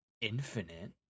infinite